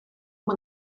yng